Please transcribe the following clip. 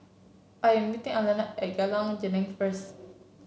I'm meeting Alayna at Jalan Geneng first